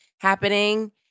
happening